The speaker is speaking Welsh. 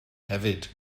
hefyd